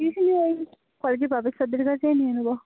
tuition ওই কলেজের প্রফেসারদের কাছেই নিয়ে নেব